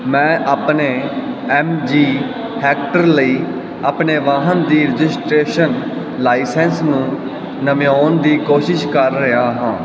ਮੈਂ ਆਪਣੇ M G Hector ਲਈ ਆਪਣੇ ਵਾਹਨ ਦੀ ਰਜਿਸਟ੍ਰੇਸ਼ਨ ਲਾਇਸੈਂਸ ਨੂੰ ਨਵਿਆਉਣ ਦੀ ਕੋਸ਼ਿਸ਼ ਕਰ ਰਿਹਾ ਹਾਂ